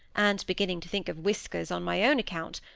and beginning to think of whiskers on my own account,